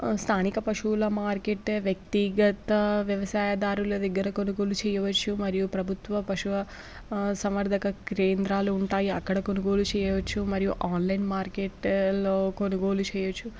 స్థానిక పశువుల మార్కెట్ వ్యక్తిగత వ్యవసాయదారుల దగ్గర కొనుగోలు చేయవచ్చు మరియు ప్రభుత్వ పశు సంవర్ధక కేంద్రాలు ఉంటాయి అక్కడ కొనుగోలు చేయవచ్చు మరియు ఆన్లైన్ మార్కెట్లో కొనుగోలు చేయొచ్చు